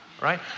Right